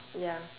ya